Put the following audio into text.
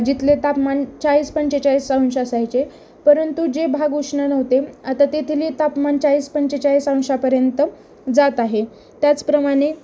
जिथले तापमान चाळीस पंचेचाळीस अंश असायचे परंतु जे भाग उष्ण नव्हते आता तिथले तापमान चाळीस पंचेचाळीस अंशापर्यंत जात आहे त्याचप्रमाणे